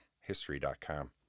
history.com